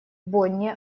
бонне